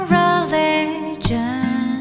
religion